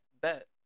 bet